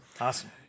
Awesome